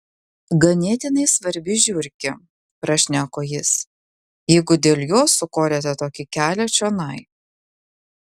ganėtinai svarbi žiurkė prašneko jis jeigu dėl jos sukorėte tokį kelią čionai